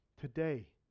today